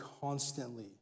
constantly